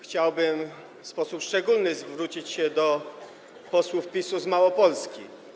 Chciałbym w sposób szczególny zwrócić się do posłów PiS-u z Małopolski.